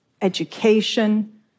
education